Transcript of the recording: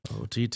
OTT